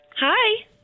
Hi